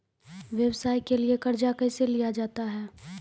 व्यवसाय के लिए कर्जा कैसे लिया जाता हैं?